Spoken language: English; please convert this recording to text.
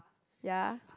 ya